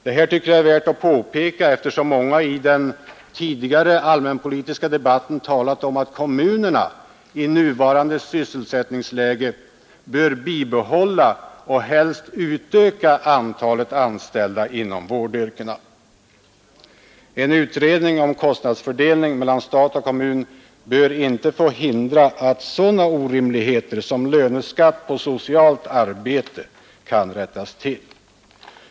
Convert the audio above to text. Detta tycker jag är värt att påpeka, eftersom många i den tidigare allmänpolitiska debatten talat om att kommunerna i nuvarande sysselsättningsläge bör bibehålla och helst utöka antalet anställda inom vårdyrkena. En utredning om kostnadsfördelningen mellan stat och kommun bör inte få hindra att sådana orimligheter som löneskatt på socialt arbete rättas till.